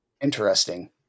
interesting